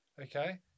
Okay